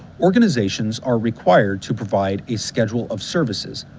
organizations are required to provide a schedule of services,